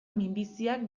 minbiziak